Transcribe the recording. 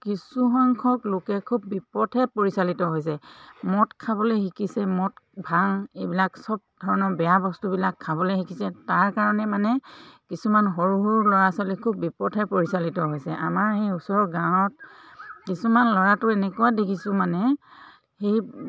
কিছু সংখ্যক লোকে খুব বিপথে পৰিচালিত হৈছে মদ খাবলৈ শিকিছে মদ ভাং এইবিলাক চব ধৰণৰ বেয়া বস্তুবিলাক খাবলৈ শিকিছে তাৰ কাৰণে মানে কিছুমান সৰু সৰু ল'ৰা ছোৱালী খুব বিপথে পৰিচালিত হৈছে আমাৰ সেই ওচৰৰ গাঁৱত কিছুমান ল'ৰাটো এনেকুৱা দেখিছোঁ মানে সেই